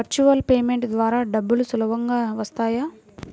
Virtual payment ద్వారా డబ్బులు సులభంగా వస్తాయా?